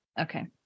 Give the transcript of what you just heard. Okay